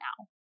now